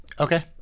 Okay